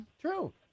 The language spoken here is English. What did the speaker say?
True